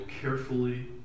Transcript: carefully